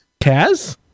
Kaz